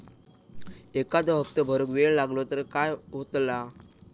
एखादो हप्तो भरुक वेळ लागलो तर काय होतला?